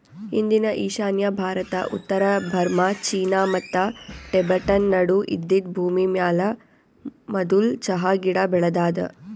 ಇಂದಿನ ಈಶಾನ್ಯ ಭಾರತ, ಉತ್ತರ ಬರ್ಮಾ, ಚೀನಾ ಮತ್ತ ಟಿಬೆಟನ್ ನಡು ಇದ್ದಿದ್ ಭೂಮಿಮ್ಯಾಲ ಮದುಲ್ ಚಹಾ ಗಿಡ ಬೆಳದಾದ